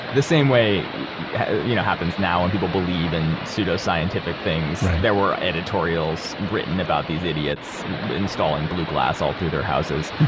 the same way it yeah you know happens now, when people believe in pseudo-scientific things right there were editorials written about these idiots installing blue glass all through their houses,